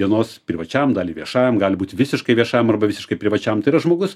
dienos privačiam dalį viešam gali būt visiškai viešam arba visiškai privačiam tai yra žmogus